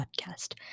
podcast